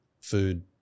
food